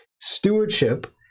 stewardship